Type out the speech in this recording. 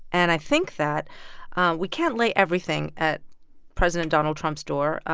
and i think that we can't lay everything at president donald trump's door,